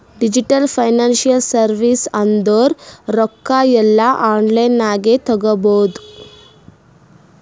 digital financial service ಅಂದುರ್ ರೊಕ್ಕಾ ಎಲ್ಲಾ ಆನ್ಲೈನ್ ನಾಗೆ ತಗೋಬೋದು